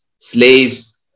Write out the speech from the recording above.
slaves